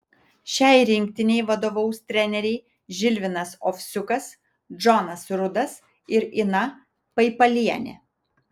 šiai rinktinei vadovaus treneriai žilvinas ovsiukas džonas rudas ir ina paipalienė